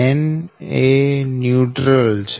n એ neutral છે